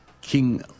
King